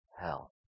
hell